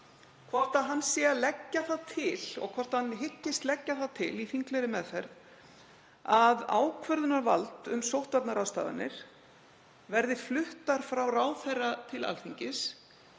hvort hann sé að leggja það til og hvort hann hyggist leggja það til í þinglegri meðferð að ákvörðunarvald um sóttvarnaráðstafanir verði flutt frá ráðherra til Alþingis,